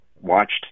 watched